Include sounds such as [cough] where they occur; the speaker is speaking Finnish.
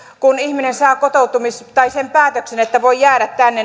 kun ihminen saa sen päätöksen että voi jäädä tänne [unintelligible]